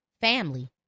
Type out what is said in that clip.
family